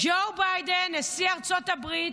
ג'ו ביידן, נשיא ארצות הברית,